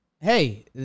hey